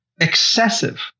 excessive